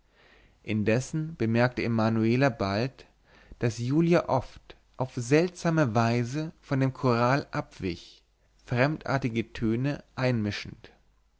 indessen bemerkte emanuela bald daß julia oft auf seltsame weise von dem choral abwich fremdartige töne einmischend